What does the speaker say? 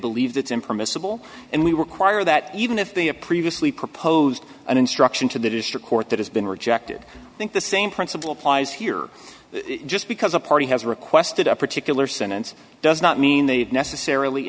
believe that's impermissible and we require that even if they have previously proposed an instruction to the district court that has been rejected i think the same principle applies here just because a party has requested a particular sentence does not mean they've necessarily